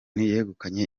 yegukanye